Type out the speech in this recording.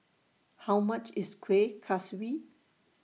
How much IS Kueh Kaswi